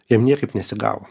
jam niekaip nesigavo